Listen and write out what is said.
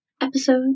episode